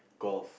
golf